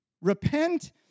Repent